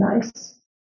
nice